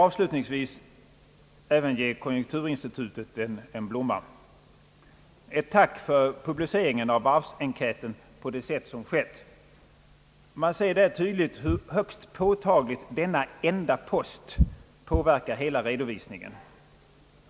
Avslutningsvis skall jag även ge konjunkturinstitutet en blomma och tacka för publiceringen av varvsenkäten på det sätt som skett. Man ser där tydligt hur högst påtagligt denna enda post påverkar hela redovisningen.